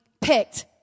picked